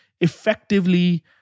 effectively